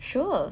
sure